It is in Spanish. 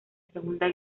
segunda